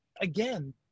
again